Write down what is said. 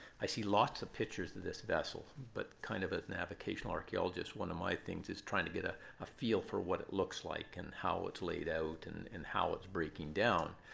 i see lots of pictures of this vessel. but kind of an advocational archaeologist, one of my things is trying to get a ah feel for what it looks like, and how it's layed out, and and how it's breaking down.